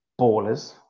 ballers